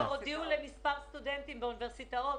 הודיעו לכמה סטודנטים באוניברסיטאות,